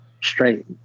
straight